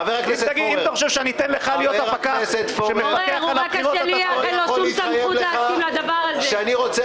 חבר הכנסת פורר, אני יכול להתחייב לך שאני רוצה